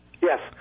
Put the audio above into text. Yes